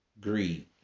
Greed